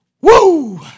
Woo